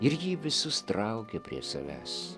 ir ji visus traukia prie savęs